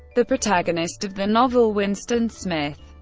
the protagonist of the novel, winston smith,